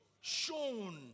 shown